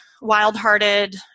wild-hearted